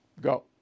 Go